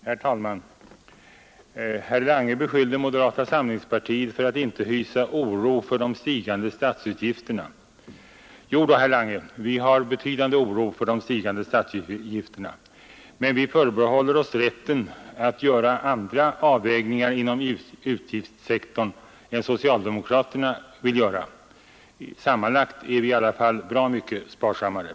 Herr talman! Herr Lange beskyllde moderata samlingspartiet för att inte hysa oro för de stigande statsutgifterna. Jo då, herr Lange, vi känner en betydande oro för de stigande statsutgifterna. Men vi förbehåller oss rätten att göra andra avvägningar inom utgiftssektorn än socialdemokraterna vill göra. Sammanlagt är vi ändå bra mycket sparsammare.